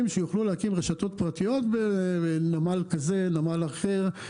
שיוכלו להקים רשתות פרטיות בנמל כזה או אחר,